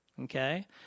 Okay